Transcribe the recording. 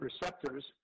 receptors